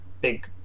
big